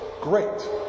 great